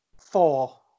Four